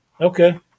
Okay